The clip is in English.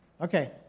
Okay